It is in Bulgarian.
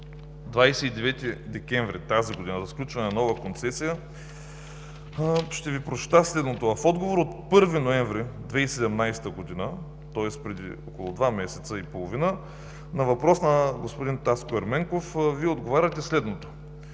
29 декември тази година за сключване на нова концесия, ще Ви прочета следното. В отговор от 1 ноември 2017 г., тоест преди около два месеца и половина, на въпрос на господин Таско Ерменков Вие отговаряте следното: